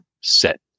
set